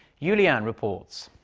yoo li-an reports.